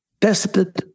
Tested